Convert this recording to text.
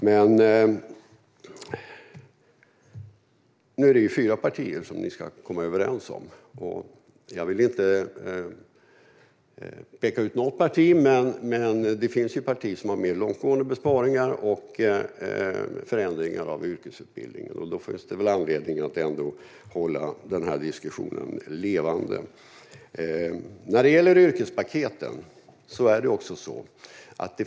Men ni är fyra partier som ska komma överens om detta. Jag vill inte peka ut något särskilt parti, men det finns partier som har mer långtgående besparingar och förändringar av yrkesutbildningen. Därför finns det ändå anledning att hålla diskussionen levande. Vad gäller yrkespaketen finns det .